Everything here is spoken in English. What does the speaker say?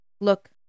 Look